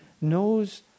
knows